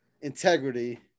integrity